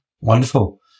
Wonderful